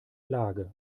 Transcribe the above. lage